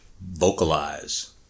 vocalize